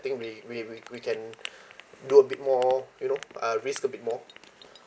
think we we we we can do a bit more you know uh risk a bit more